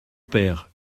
père